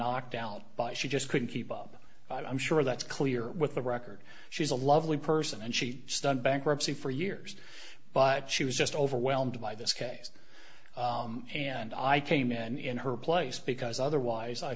knocked out by she just couldn't keep up i'm sure that's clear with the record she's a lovely person and she stunned bankruptcy for years but she was just overwhelmed by this case and i came in in her place because otherwise i